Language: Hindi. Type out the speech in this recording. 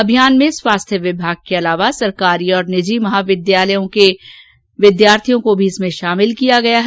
अभियान में स्वास्थ्य विभाग के अलावा सरकारी और निजी नर्सिंग महाविद्यालय के विद्यार्थियों को भी शामिल किया गया है